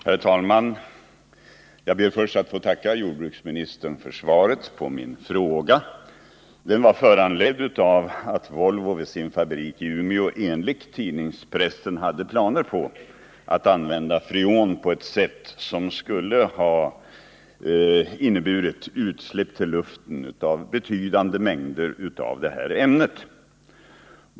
Herr talman! Jag ber att först få tacka jordbruksministern för svaret på min fråga. Frågan var föranledd av att Volvo vid sin fabrik i Umeå enligt pressuppgifter hade planer på att använda freon på ett sätt som skulle ha inneburit utsläpp i luften av betydande mängder av detta ämne.